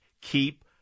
keep